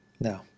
No